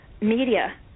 media